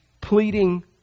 Pleading